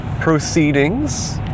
proceedings